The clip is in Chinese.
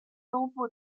东部